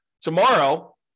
tomorrow